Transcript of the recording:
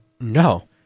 no